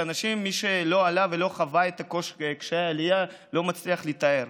ומי שלא עלה ולא חווה קשיי עלייה לא מצליח לתאר.